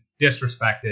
disrespected